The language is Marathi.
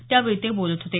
त्यावेळी ते बोलत होते